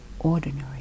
ordinary